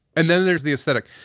and then there's the aesthetic.